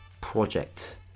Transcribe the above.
project